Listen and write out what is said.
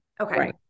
Okay